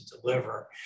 deliver